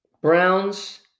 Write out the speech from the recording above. Browns